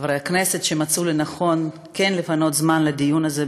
חברי הכנסת שמצאו לנכון כן לפנות זמן לדיון הזה.